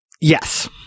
Yes